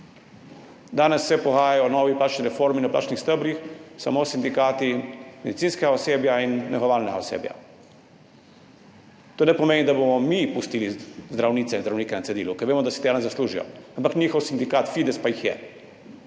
Danes se pogajajo o novi plačni reformi in o plačnih stebrih samo sindikati medicinskega osebja in negovalnega osebja. To ne pomeni, da bomo mi pustili zdravnice in zdravnike na cedilu, ker vemo, da si tega ne zaslužijo, ampak njihov sindikat Fides pa jih je.